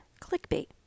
clickbait